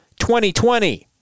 2020